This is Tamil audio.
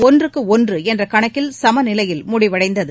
ஒன்றுக்கு ஒன்று என்ற கணக்கில் சம நிலையில் முடிவடைந்தது